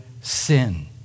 sin